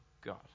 God